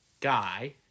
guy